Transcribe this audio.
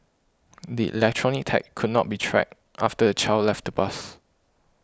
the electronic tag could not be tracked after the child left the bus